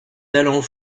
talent